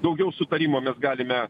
daugiau sutarimo mes galime